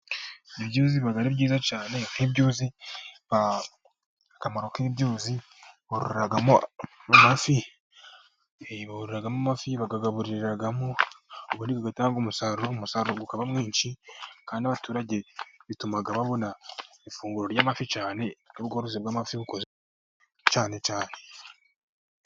Ibyuzi biba ari byiza cyane, kuko ibyuzi, akamaro k'ibyuzi baroreramo amafi, bororeramo amafi bayagaburiramo ubundi bigatanga umusaruro, umusaruro ukaba mwinshi, kandi abaturage bituma babona ifunguro ry'amafi cyane, ubworozi bw'amafi buba bwiza cyane cyane.